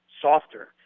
softer